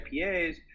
IPAs